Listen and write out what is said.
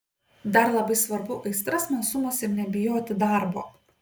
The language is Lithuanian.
dar labai svarbu aistra smalsumas ir nebijoti darbo